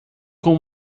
com